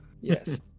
yes